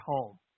home